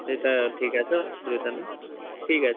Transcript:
সেটা ঠিক আছে অসুবিধা নেই ঠিক আছে